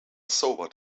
sobered